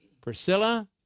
Priscilla